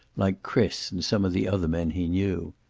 like chris and some of the other men he knew.